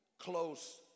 close